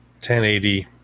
1080